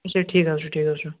اَچھا ٹھیٖک حظ چھُ ٹھیٖک حظ چھُ